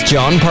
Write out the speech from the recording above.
John